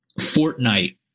Fortnite